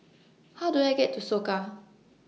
How Do I get to Soka